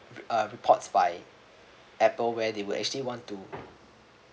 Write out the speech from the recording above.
uh reports by Apple where they will actually want to